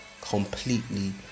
completely